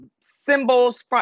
symbols